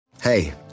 Hey